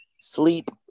sleep